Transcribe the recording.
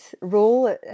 role